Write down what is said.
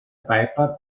piper